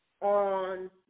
on